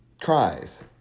cries